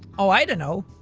oh i don't know.